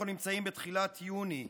אנחנו נמצאים בתחילת יוני.